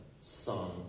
son